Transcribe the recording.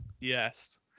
Yes